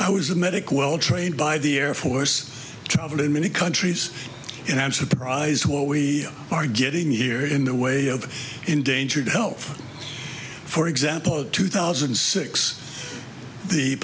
i was a medic well trained by the air force travel in many countries and i'm surprised what we are getting here in the way of endangered health for example two thousand and six the